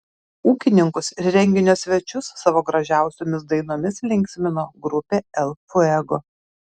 ūkininkus ir renginio svečius savo gražiausiomis dainomis linksmino grupė el fuego